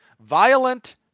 violent